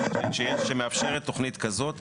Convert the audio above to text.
שמאפשרים תוכנית כזאת